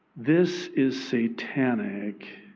this is satanic